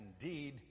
indeed